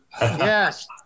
Yes